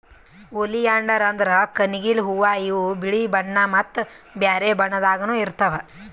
oleander ಅಂದ್ರ ಕಣಗಿಲ್ ಹೂವಾ ಇವ್ ಬಿಳಿ ಬಣ್ಣಾ ಮತ್ತ್ ಬ್ಯಾರೆ ಬಣ್ಣದಾಗನೂ ಇರ್ತವ್